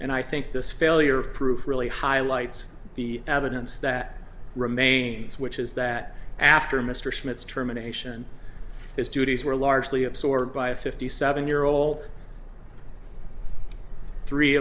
and i think this failure of proof really highlights the evidence that remains which is that after mr smith's terminations and his duties were largely absorbed by a fifty seven year old three